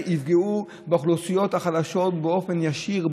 יפגעו באוכלוסיות החלשות באופן ישיר,